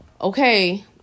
okay